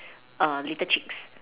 err little chicks